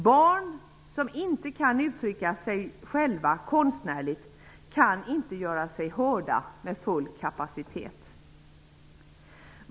Barn som inte kan uttrycka sig själva konstnärligt kan inte göra sig hörda med full kapacitet.